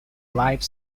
live